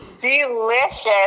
delicious